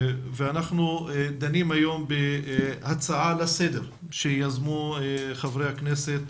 אנחנו דנים היום בהצעה לסדר שיזמו חברי הכנסת,